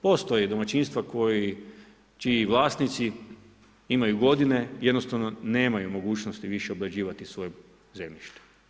Postoje domaćinstva čiji vlasnici imaju godine i jednostavno nemaju mogućnosti više obrađivati svoje zemljište.